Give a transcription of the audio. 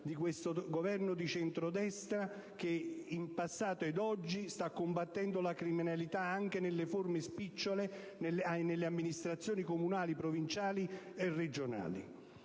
dell'attuale Governo di centrodestra che in passato ed oggi sta combattendo la criminalità anche in forma spicciola nelle amministrazioni comunali, provinciali e regionali.